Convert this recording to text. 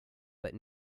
but